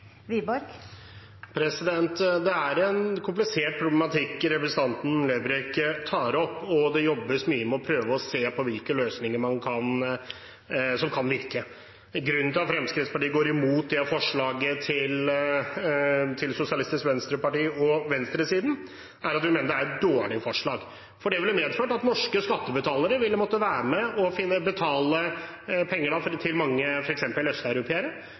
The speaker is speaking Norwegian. Det er en komplisert problematikk representanten Lerbrekk tar opp, og det jobbes mye med å prøve å se på hvilke løsninger som kan virke. Grunnen til at Fremskrittspartiet går imot det forslaget til Sosialistisk Venstreparti og venstresiden, er at vi mener det er et dårlig forslag. Det ville medført at norske skattebetalere ville måtte være med på å betale penger til mange østeuropeere,